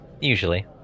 Usually